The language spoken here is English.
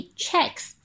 checks